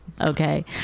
Okay